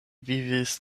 vivis